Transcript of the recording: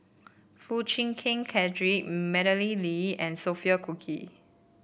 Foo Chee Keng Cedric Madeleine Lee and Sophia Cooke